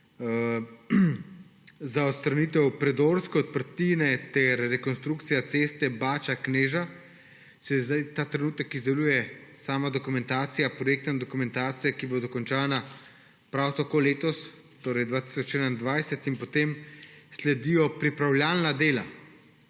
Za odstranitev predorske odprtine ter rekonstrukcijo ceste Bača–Kneža se ta trenutek izdeluje projektna dokumentacija, ki bo dokončana prav tako letos, torej 2021, in potem sledijo pripravljalna dela.